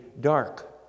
dark